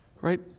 Right